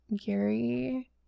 Gary